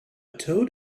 toad